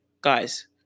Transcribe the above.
guys